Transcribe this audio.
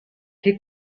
che